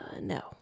No